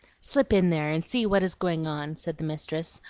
slip in there, and see what is going on, said the mistress,